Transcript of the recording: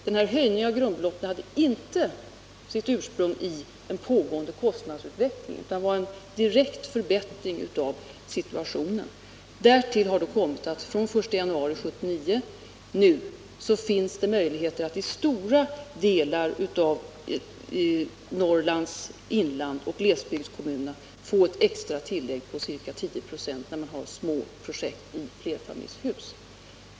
Denna höjning av grundbeloppen hade inte sitt ursprung i en pågående kostnadsutveckling utan var en direkt förbättring av situationen. Därtill kommer att från den 1 januari 1979 finns det möjligheter att i stora delar av Norrlands inland få extra tillägg på upp till ca 10 96 när man har små projekt i flerfamiljshus.